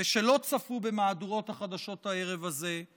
ושלא צפו במהדורות החדשות הערב הזה,